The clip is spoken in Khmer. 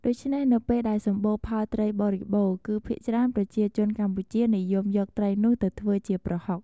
ដូច្នេះ នៅពេលដែលសម្បូរផលត្រីបរិបូរណ៍ គឺភាគច្រើនប្រជាជនកម្ពុជានិយមយកត្រីនោះទៅធ្វើជាប្រហុក។